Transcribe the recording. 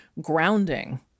grounding